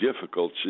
difficult